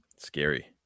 scary